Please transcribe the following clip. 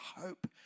hope